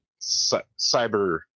cyber